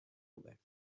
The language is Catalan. obert